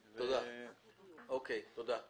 אבל כתוב פה.